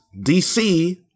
DC